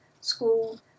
school